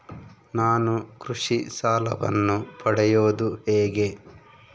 ನಾನು ಕೃಷಿ ಸಾಲವನ್ನು ಪಡೆಯೋದು ಹೇಗೆ?